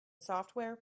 software